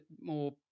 more